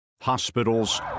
hospitals